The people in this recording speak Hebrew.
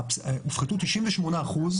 הופחתו 98%